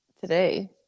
today